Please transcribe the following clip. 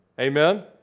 Amen